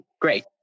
Great